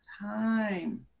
time